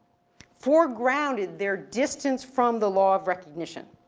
foregrounded their distance from the law of recognition.